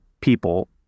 people